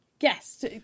Yes